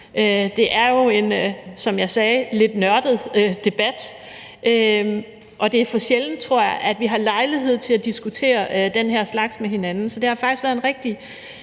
Det er jo en, som jeg sagde, lidt nørdet debat, og det er for sjældent, tror jeg, at vi har lejlighed til at diskutere den her slags ting med hinanden. Så det har faktisk været en rigtig